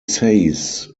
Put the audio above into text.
says